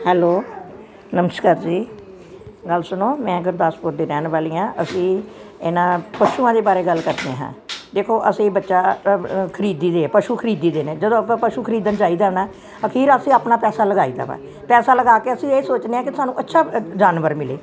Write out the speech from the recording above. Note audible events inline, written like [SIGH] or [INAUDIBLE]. hello ਨਮਸਕਾਰ ਜੀ ਗੱਲ ਸੁਣੋ ਮੈਂ ਗੁਰਦਾਸਪੁਰ ਦੀ ਰਹਿਣ ਵਾਲੀ ਹਾਂ ਅਸੀਂ ਇਹਨਾਂ ਪਸ਼ੂਆਂ ਦੇ ਬਾਰੇ ਗੱਲ ਕਰਦੇ ਹਾਂ ਦੇਖੋ ਅਸੀਂ ਬੱਚਾ [UNINTELLIGIBLE] ਖਰੀਦੀਦੇ ਹਾਂ ਪਸ਼ੂ ਖਰੀਦੀਦੇ ਨੇ ਜਦੋਂ ਆਪਾਂ ਪਸ਼ੂ ਖਰੀਦਣ ਜਾਈਦਾ ਨਾ ਆਖਿਰ ਅਸੀਂ ਆਪਣਾ ਪੈਸਾ ਲਗਾਈਦਾ ਵਾ ਪੈਸਾ ਲਗਾ ਕੇ ਅਸੀਂ ਇਹ ਸੋਚਦੇ ਹਾਂ ਕਿ ਸਾਨੂੰ ਅੱਛਾ ਜਾਨਵਰ ਮਿਲੇ